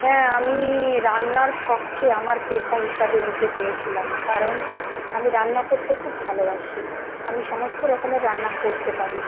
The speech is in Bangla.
হ্যাঁ আমি রান্নার শখকে আমার পেশা হিসাবে নিতে চেয়েছিলাম কারণ আমি রান্না করতে খুব ভালোবাসি আমি সমস্ত রকমের রান্না করতে পারি